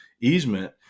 easement